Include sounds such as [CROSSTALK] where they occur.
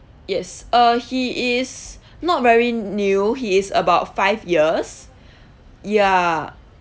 yes uh he is not very new he is about five years [BREATH] ya